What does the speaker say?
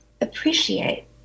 appreciate